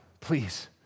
please